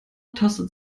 tastet